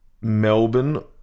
Melbourne